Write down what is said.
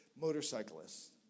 motorcyclists